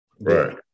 Right